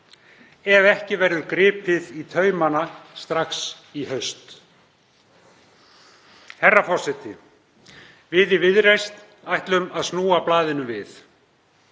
ef ekki verður gripið í taumana strax í haust. Herra forseti. Við í Viðreisn ætlum að snúa blaðinu við.